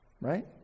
right